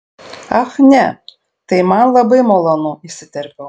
ach ne tai man labai malonu įsiterpiau